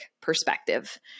perspective